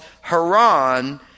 Haran